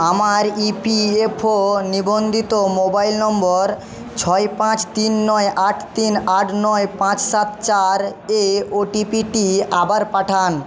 আমার E P F O নিবন্ধিত mobile নম্বর ছয় পাঁচ তিন নয় আট তিন আট নয় পাঁচ সাত চার এ ওটিপিটি আবার পাঠান